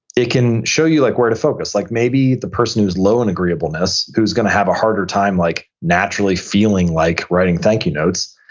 it can show you like where to focus. like maybe the person who is low in agreeableness, who is going to have a harder time like naturally feeling like writing thank you notes,